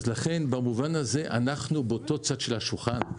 לכן, במובן הזה, אנחנו באותו צד של השולחן.